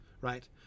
Right